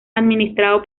administrado